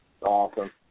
Awesome